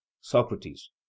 Socrates